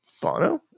Bono